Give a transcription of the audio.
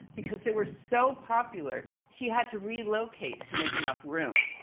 because they were so popular she had to relocate to make enough room.